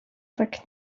tak